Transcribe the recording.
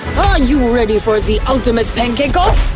you ready for the ultimate pancake-off!